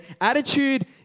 Attitude